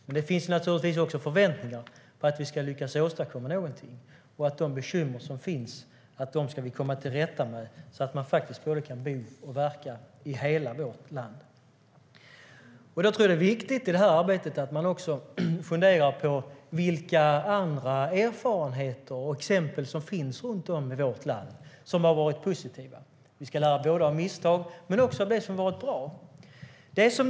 Men det finns naturligtvis också förväntningar på att vi ska lyckas åstadkomma någonting och att vi ska komma till rätta med de bekymmer som finns, så att man faktiskt kan bo och verka i hela vårt land. Jag tror att det är viktigt att man i det här arbetet också funderar på vilka andra positiva erfarenheter och exempel som finns runt om i vårt land. Man ska lära både av misstag och av det som har varit bra.